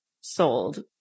sold